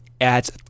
adds